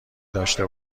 داشته